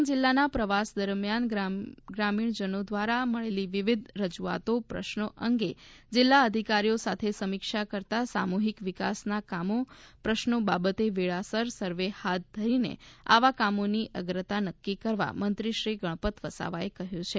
ડાંગ જિલ્લાના પ્રવાસ દરમિયાન ગ્રામીણજનો દ્વારા મળેલી વિવિધ રજુઆતો પ્રશ્નો અંગે જિલ્લા અધિકારીઓ સાથે સમીક્ષા કરતા સામુહિક વિકાસના કામો પ્રશ્નો બાબતે વેળાસર સર્વે હાથ ધરીને આવા કામોની અગ્રતા નક્કી કરવા મંત્રીશ્રી ગણપત વસાવાએ કહ્યું છે